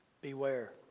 Beware